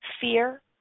fear